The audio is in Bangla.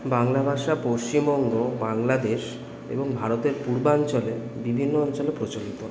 বাংলা ভাষা পশ্চিমবঙ্গ বাংলাদেশ এবং ভারতের পূর্বাঞ্চলে বিভিন্ন অঞ্চলে প্রচলিত